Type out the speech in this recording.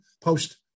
post